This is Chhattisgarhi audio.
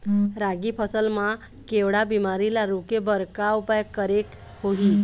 रागी फसल मा केवड़ा बीमारी ला रोके बर का उपाय करेक होही?